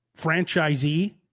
franchisee